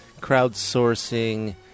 crowdsourcing